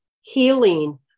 healing